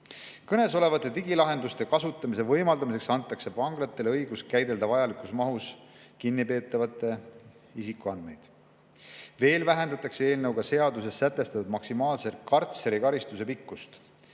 Kõnesolevate digilahenduste kasutamise võimaldamiseks antakse vanglatele õigus käidelda vajalikus mahus kinnipeetavate isikuandmeid. Eelnõuga vähendatakse seaduses sätestatud maksimaalse kartserikaristuse pikkust.